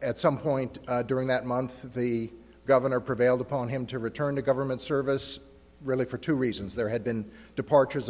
at some point during that month the governor prevailed upon him to return to government service really for two reasons there had been departures